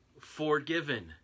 forgiven